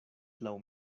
laŭ